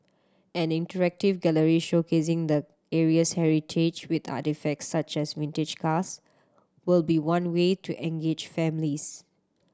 an interactive gallery showcasing the area's heritage with artefacts such as vintage cars will be one way to engage families